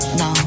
no